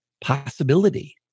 possibility